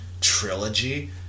trilogy